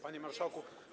Panie Marszałku!